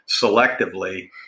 selectively